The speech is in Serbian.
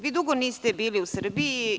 Vi dugo niste bili u Srbiji.